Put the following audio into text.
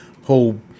whole